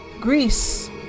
Greece